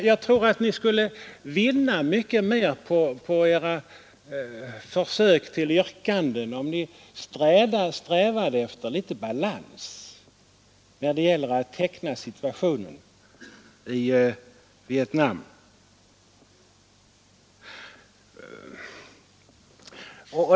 Jag tror att ni skulle vinna mycket mera med era försök till yrkanden, om ni strävade efter mera objektivitet och balans när det gäller att teckna situationen i Vietnam.